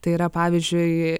tai yra pavyzdžiui